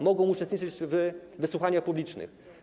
Mogą uczestniczyć w wysłuchaniach publicznych.